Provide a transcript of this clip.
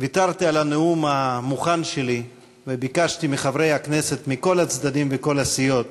ויתרתי על הנאום המוכן שלי וביקשתי מחברי הכנסת מכל הצדדים ומכל הסיעות